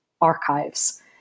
archives